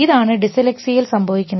ഇതാണ് ഡിസ്ലെക്സിയയിൽ സംഭവിക്കുന്നത്